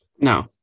No